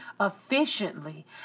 efficiently